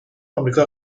آمریکا